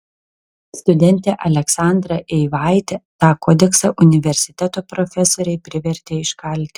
studentę aleksandrą eivaitę tą kodeksą universiteto profesoriai privertė iškalti